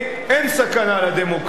אין סכנה לדמוקרטיה,